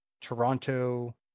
toronto